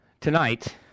Tonight